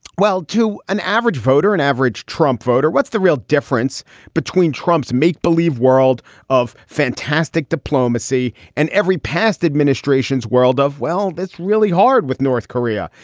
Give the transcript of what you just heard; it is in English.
well, to an average voter, an and average trump voter. what's the real difference between trump's make believe world of fantastic diplomacy and every past administrations world of. well, that's really hard with north korea.